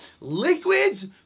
Liquids